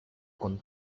con